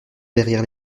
derrière